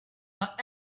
but